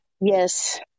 Yes